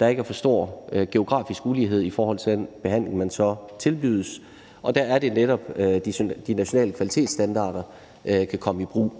der ikke er for stor geografisk ulighed i forhold til den behandling, man så tilbydes. Og der er det netop, at de nationale kvalitetsstandarder kan komme i brug.